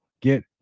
get